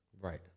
right